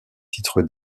titre